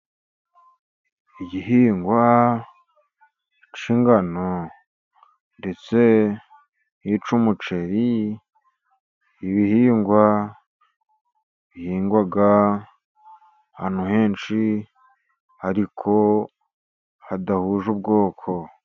Igihingwa cy'ingano ndetse n'icy'umuceri, ibihingwa bihingwa ahantu henshi ariko hadahuje ubwoko.